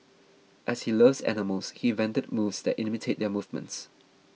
as he loves animals he invented moves that imitate their movements